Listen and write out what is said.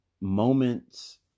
moments